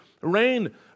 rain